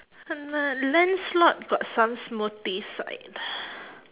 uh lancelot got some snooty side